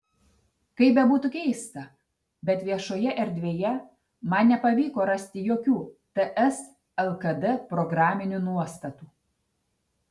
kaip bebūtų keista bet viešoje erdvėje man nepavyko rasti jokių ts lkd programinių nuostatų